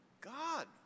God